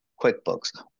QuickBooks